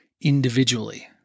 individually